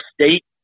State